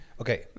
okay